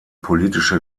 politische